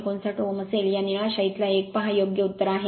158 ohm असेल या निळ्या शाईतला एक पहा योग्य उत्तर आहे